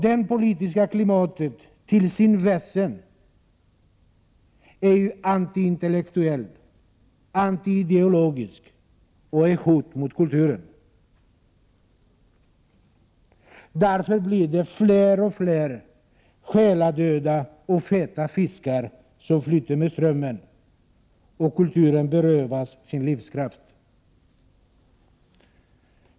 Det politiska klimatet är till sitt väsen antiintellektuellt, antiideologiskt och ett hot mot kulturen. Därför blir det fler och fler själadöda och feta fiskar som flyter med strömmen, och kulturen berövas sin livskraft.